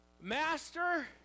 Master